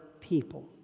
people